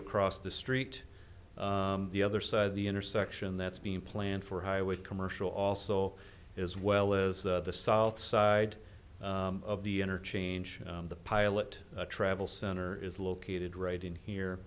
across the street the other side of the intersection that's being planned for high with commercial also as well as the south side of the interchange the pilot travel center is located right in here